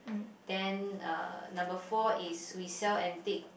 then uh number four is we sell antique